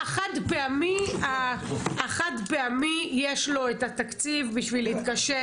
החד פעמי יש לו את התקציב בשביל להתקשר?